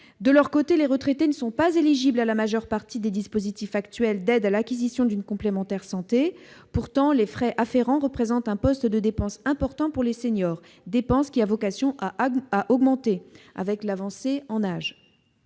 De leur côté, les retraités ne sont pas éligibles à la majeure partie des dispositifs actuels d'aide à l'acquisition d'une complémentaire santé. Pourtant, les frais afférents représentent un poste de dépenses important pour les seniors, dépenses qui ont vocation à augmenter avec l'avancée en âge.